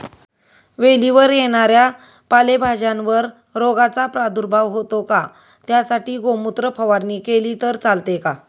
वेलीवर येणाऱ्या पालेभाज्यांवर रोगाचा प्रादुर्भाव होतो का? त्यासाठी गोमूत्र फवारणी केली तर चालते का?